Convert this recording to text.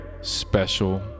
special